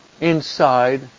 inside